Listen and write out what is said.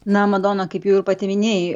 na madona kaip jau ir pati minėjai